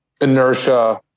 inertia